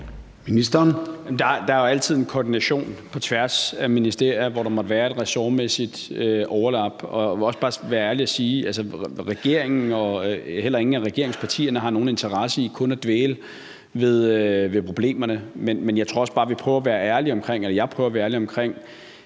Der er altid en koordination på tværs af ministerier, hvor der måtte være et ressortmæssigt overlap. Jeg vil også bare være ærlig og sige, at hverken regeringen eller nogen af regeringspartierne har nogen interesse i at dvæle ved problemerne. Men jeg tror også bare, at vi prøver at være ærlige – og jeg prøver at være ærlig – omkring,